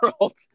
world